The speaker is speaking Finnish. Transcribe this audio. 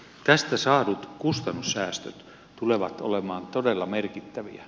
tästä saadut kustannussäästöt tulevat olemaan todella merkittäviä